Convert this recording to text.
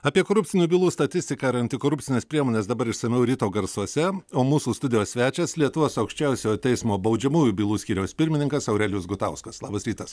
apie korupcinių bylų statistiką ir antikorupcines priemones dabar išsamiau ryto garsuose o mūsų studijos svečias lietuvos aukščiausiojo teismo baudžiamųjų bylų skyriaus pirmininkas aurelijus gutauskas labas rytas